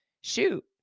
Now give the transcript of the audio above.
Shoot